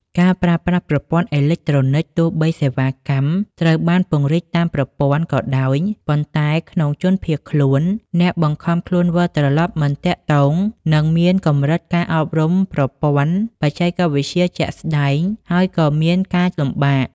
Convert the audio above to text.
ការប្រើប្រាស់ប្រព័ន្ធអេឡិចត្រូនិក ទោះបីសេវាកម្មត្រូវបានពង្រីកតាមប្រព័ន្ធ ក៏ដោយ ប៉ុន្តែក្នុងជនភៀសខ្លួន អ្នកបង្ខំខ្លួនវិលត្រឡប់មិនទាក់ទង និងមានកម្រិតការអប់រំប្រព័ន្ធបច្ចេកវិទ្យាជាក់ស្តែងហើយក៏មានការលំបាក។